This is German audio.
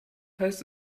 heißt